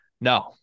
No